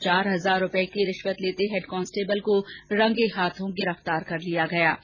आज चार हजार रूपए की रिश्वत लेते हैडकांस्टेबल को रंगे हाथों गिरफ़्तार कर लिया गया